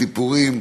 סיפורים,